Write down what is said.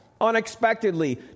unexpectedly